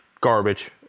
garbage